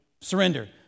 surrender